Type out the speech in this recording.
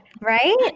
Right